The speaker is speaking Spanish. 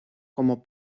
como